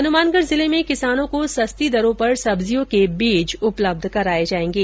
हनुमानगढ़ जिले में किसानों को सस्ती दरों पर सब्जियों के बीज उपलब्ध कराये जायेंगे